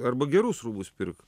arba gerus rūbus pirk